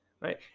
right